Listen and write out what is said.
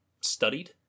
studied